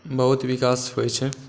बहुत विकास होइ छै